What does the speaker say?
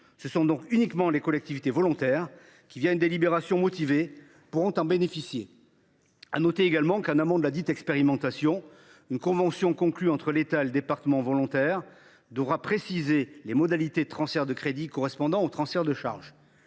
y tenons. Seules les collectivités volontaires, une délibération motivée, pourront donc en bénéficier. Notons également que, en amont de ladite expérimentation, une convention conclue entre l’État et le département volontaire devra préciser « les modalités de transfert des crédits correspondant au transfert de charges